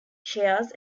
chairs